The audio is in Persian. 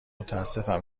متاسفم